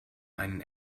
einen